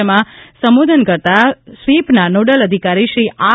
જેમાં સંબોધન કરતા સ્વીપના નોડલ અધિકારી શ્રી આર